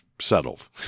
settled